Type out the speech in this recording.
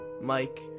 Mike